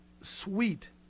sweet